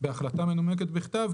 בהחלטה מנומקת בכתב,